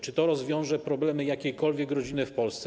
Czy to rozwiąże problemy jakiejkolwiek rodziny w Polsce?